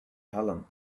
helen